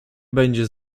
będzie